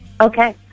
Okay